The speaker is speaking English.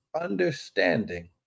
understanding